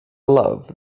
love